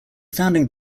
founding